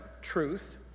truth